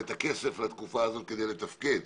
ואת הכסף לתקופה הזאת כדי לתפקד.